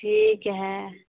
ठीक हए